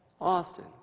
Austin